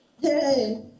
Hey